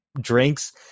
drinks